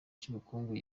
cy’ubukungu